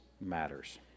matters